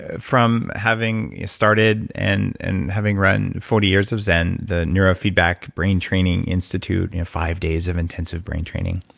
ah from having started and and having run forty years of zen, the neurofeedback brain training institute, five days of intensive brain training,